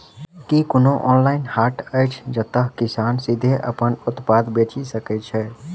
की कोनो ऑनलाइन हाट अछि जतह किसान सीधे अप्पन उत्पाद बेचि सके छै?